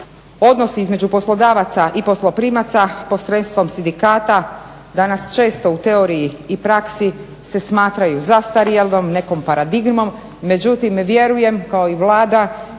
odnosi između poslodavaca i posloprimaca posredstvom sindikata danas često u teoriji i praksi se smatraju zastarjelom, nekom paradigmom. Međutim, vjerujem kao i Vlada